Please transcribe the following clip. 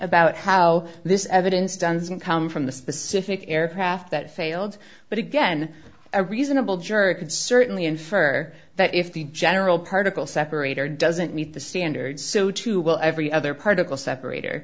about how this evidence doesn't come from the specific aircraft that failed but again a reasonable juror could certainly infer that if the general particle separator doesn't meet the standard so too will every other particle separat